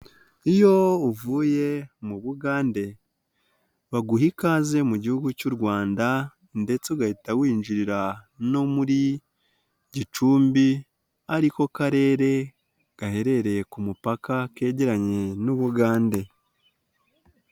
Iyo uvuye mu Bugande, baguha ikaze mu gihugu cy'u Rwanda ndetse ugahita winjirira no muri Gicumbi, ariko ako Karere gaherereye ku mupaka, kegeranye n'u Bugande.